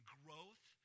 growth